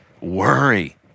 worry